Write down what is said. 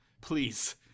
Please